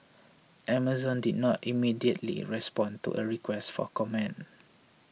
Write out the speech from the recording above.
Amazon did not immediately respond to a request for comment